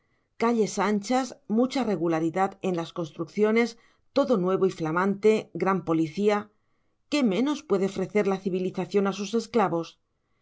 calles anchas mucha regularidad en las construcciones todo nuevo y flamante gran policía qué menos puede ofrecer la civilización a sus esclavos